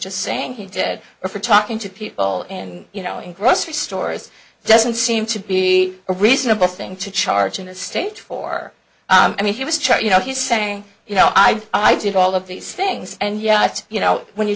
just saying he did it for talking to people and you know in grocery stores it doesn't seem to be a reasonable thing to charge in a state for i mean he was charged you know he's saying you know i i did all of these things and yet you know when you